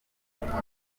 rwanda